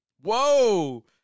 Whoa